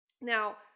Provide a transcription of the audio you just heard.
Now